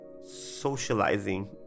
socializing